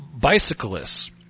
bicyclists